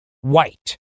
white